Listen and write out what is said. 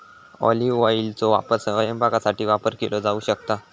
olive ऑइलचो वापर स्वयंपाकासाठी वापर केलो जाऊ शकता